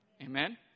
Amen